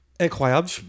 Incroyable